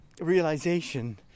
realization